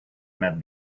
met